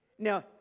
Now